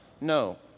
No